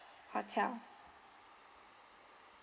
hotel